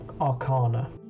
Arcana